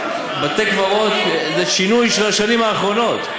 בתי-קברות זה שינוי של השנים האחרונות.